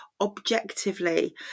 objectively